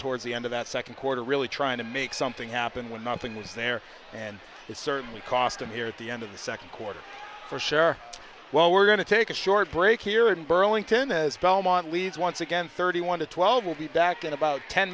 towards the end of that second quarter really trying to make something happen when nothing was there and it certainly cost him here at the end of the second quarter for sure well we're going to take a short break here in burlington as belmont leads once again thirty one to twelve will be back in about ten